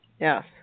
Yes